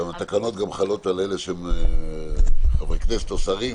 התקנות גם חלות על חברי כנסת או שרים,